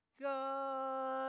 God